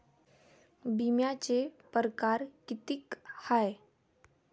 बिम्याचे परकार कितीक हाय?